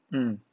hmm